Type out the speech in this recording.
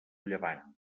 llevant